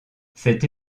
cette